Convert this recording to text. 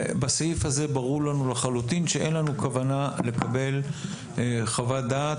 בסעיף הזה ברור לנו לחלוטין שאין לנו כוונה לקבל חוות דעת